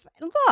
Look